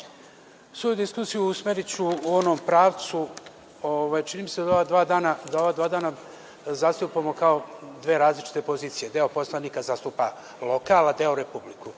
zakon. Svoju diskusiju usmeriću u onom pravcu, čini mi se da ova dva dana zastupamo kao dve različite pozicije, deo poslanika zastupa lokal, a deo Republiku,